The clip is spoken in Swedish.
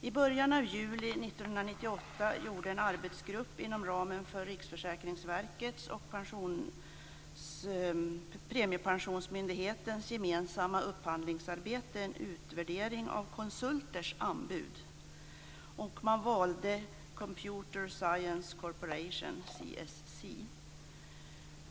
I början av juli 1998 gjorde en arbetsgrupp inom ramen för Riksförsäkringsverkets och Premiepensionsmyndighetens gemensamma upphandlingsarbete en utvärdering av konsulters anbud. Man valde Computer Science Corporation, CSC.